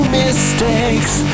mistakes